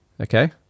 okay